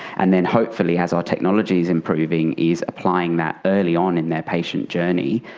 and then hopefully as our technology is improving, is applying that early on in their patient journey,